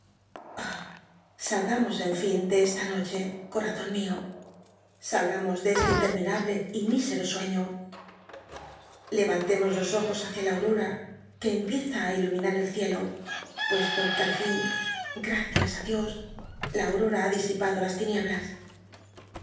lgamos en nn de esta noche corazon mio salgamos de este internrinablc y misero sueño levantemos los ojos h ícia la aurora que cmpieza á ilumin u el ciclo pursto que al fin graeias i dios la aurora ha disipado las tinieblas